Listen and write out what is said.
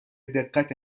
دقت